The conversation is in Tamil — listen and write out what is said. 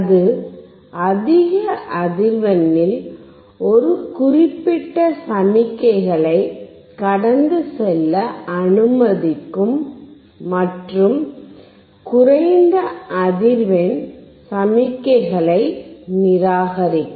அது அதிக அதிர்வெண்ணில் ஒரு குறிப்பிட்ட சமிக்ஞைகளை கடந்து செல்ல அனுமதிக்கும் மற்றும் குறைந்த அதிர்வெண் சமிக்ஞைகளை நிராகரிக்கும்